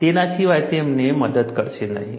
તેના સિવાય તેઓ તમને મદદ કરશે નહીં